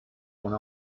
went